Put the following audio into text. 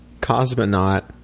Cosmonaut